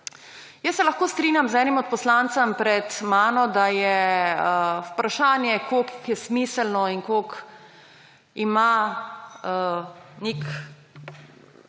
Jaz se lahko strinjam z enim od poslancev pred mano, da je vprašanje, koliko je smiselno in koliko ima nek